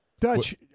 Dutch